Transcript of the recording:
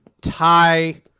tie